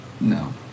No